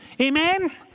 Amen